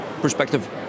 perspective